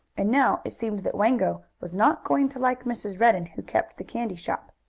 and now it seemed that wango was not going to like mrs. redden, who kept the candy shop.